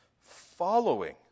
Following